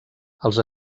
els